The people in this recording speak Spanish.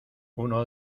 uno